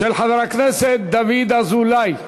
של חבר הכנסת דוד אזולאי.